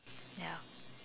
ya